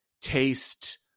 taste